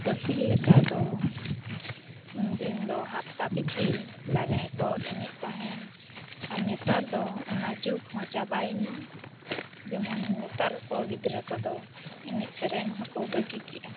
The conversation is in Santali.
ᱯᱟᱹᱦᱤᱞ ᱞᱮᱠᱟ ᱫᱚ ᱩᱱ ᱫᱤᱱ ᱫᱚ ᱦᱟᱯᱛᱟ ᱯᱤᱪᱷᱤ ᱞᱟᱜᱽᱬᱮ ᱠᱚ ᱮᱱᱮᱡ ᱛᱟᱦᱮᱱ ᱟᱨ ᱱᱮᱛᱟᱨ ᱫᱚ ᱚᱱᱟ ᱡᱩᱜᱽ ᱦᱚᱸ ᱪᱟᱵᱟᱭᱮᱱᱟ ᱡᱮᱢᱚᱱ ᱱᱮᱛᱟᱨ ᱠᱚ ᱜᱤᱫᱽᱨᱟᱹ ᱠᱚᱫᱚ ᱮᱱᱮᱡ ᱥᱮᱨᱮᱧ ᱦᱚᱸᱠᱚ ᱵᱟᱹᱜᱤ ᱠᱮᱫᱟ